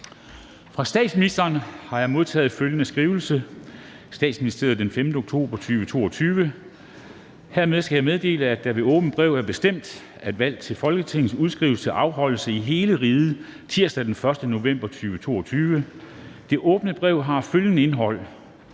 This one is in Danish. Fra statsministeren har jeg modtaget følgende skrivelse: »Statsministeriet, den 5. oktober 2022. Herved skal jeg meddele, at det ved Åbent Brev er bestemt, at valg til Folketinget udskrives til afholdelse i hele riget tirsdag den 1. november 2022. Det Åbne Brev har følgende indhold: